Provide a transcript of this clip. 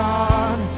God